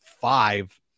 five